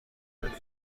بده